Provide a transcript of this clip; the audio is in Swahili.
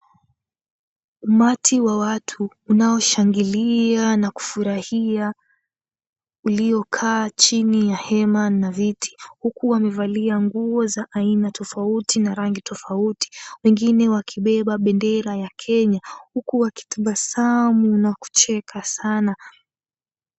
Umati wa watu unaoshangilia na kufurahia uliokaa chini ya hema na viti huku wamevalia nguo za aina tofauti na rangi tofauti wengine wakibeba bendera ya Kenya huku wakitabasamu na kucheka sana.